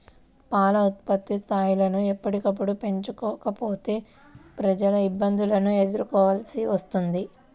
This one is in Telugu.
పాల ఉత్పత్తి స్థాయిలను ఎప్పటికప్పుడు పెంచుకోకపోతే ప్రజలు ఇబ్బందులను ఎదుర్కోవలసి వస్తుంది